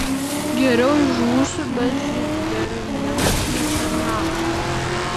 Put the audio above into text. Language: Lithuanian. geriau žūsiu bet žydberniams netarnausiu